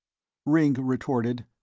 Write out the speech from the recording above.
ringg retorted,